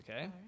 okay